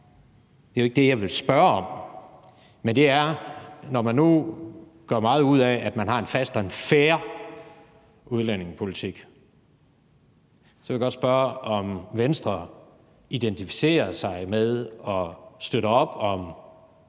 det, men noget andet, jeg vil spørge om. Når man nu gør meget ud af, at man har en fast og en fair udlændingepolitik, så vil jeg godt spørge, om Venstre identificerer sig med og støtter op om